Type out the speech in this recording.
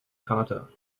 carter